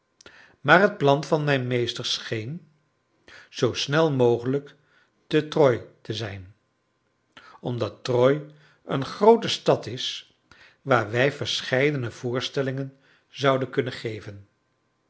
maar het plan van mijn meester scheen zoo snel mogelijk te troyes te zijn omdat troyes een groote stad is waar wij verscheidene voorstellingen zouden kunnen geven